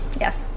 Yes